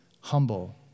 humble